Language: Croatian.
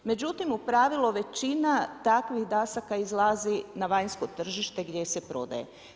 Međutim, u pravilu većina takvih dasaka izlazi na vanjsko tržište gdje se prodaje.